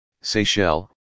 Seychelles